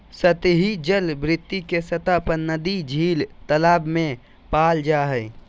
सतही जल पृथ्वी के सतह पर नदी, झील, तालाब में पाल जा हइ